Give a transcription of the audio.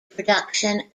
production